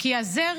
כי הזר